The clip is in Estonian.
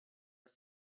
kas